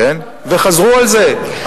והם חזרו על זה,